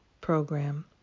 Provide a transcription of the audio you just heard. program